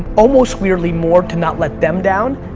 almost weirdly more, to not let them down.